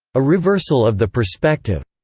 a reversal of the perspective.